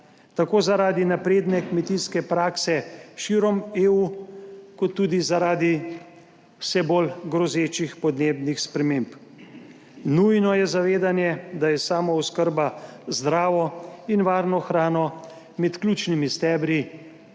tako zaradi napredne kmetijske prakse širom EU kot tudi zaradi vse bolj grozečih podnebnih sprememb. Nujno je zavedanje, da je samooskrba z zdravo in varno hrano med ključnimi stebri